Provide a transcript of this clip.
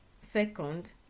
second